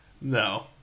No